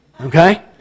Okay